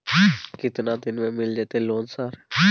केतना दिन में मिल जयते लोन सर?